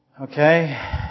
Okay